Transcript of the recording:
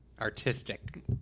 artistic